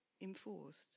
enforced